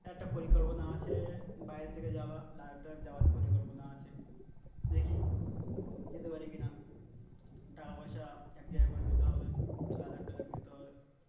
একটা পরিকল্পনা আছে বাইরের থেকে যাওয়া লাদাখ টাদাখ যাওয়ার পরিকল্পনা আছে দেখি যেতে পারি কি না টাকা পয়সা এক জায়গা করে যেতে হবে লাদাখ টাদাখ যেতে হবে